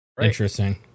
Interesting